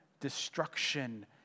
destruction